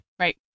Right